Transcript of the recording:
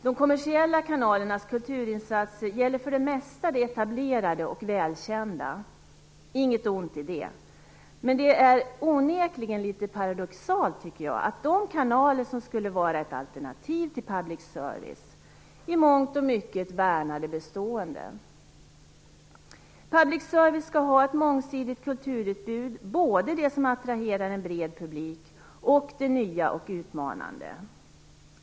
De kommersiella kanalernas kulturinsatser gäller för det mesta det etablerade och välkända. Inget ont i det. Men det är onekligen litet paradoxalt att de kanaler som skulle vara ett alternativ till public service i mångt och mycket värnar det bestående. Public service skall ha ett mångsidigt kulturutbud, både det som attraherar en bred publik och det nya och utmanande.